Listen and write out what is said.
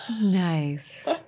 Nice